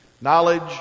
Knowledge